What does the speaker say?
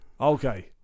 Okay